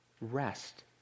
rest